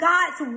God's